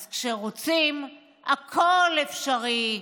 אז כשרוצים הכול אפשרי.